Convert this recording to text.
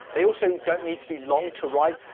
they also don't need to be long to write.